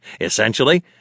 essentially